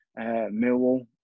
Millwall